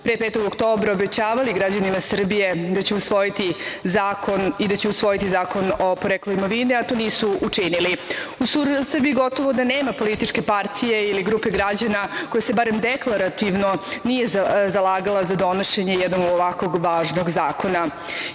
pre 5. oktobra obećavali građanima Srbije da će usvojiti zakon i da će usvojiti Zakon o poreklu imovine, a to nisu učinili.U Srbiji gotovo da nema političke partije ili grupe građana koja se barem deklarativno nije zalagala za donošenje jednog ovakvog važnog zakona.